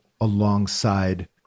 alongside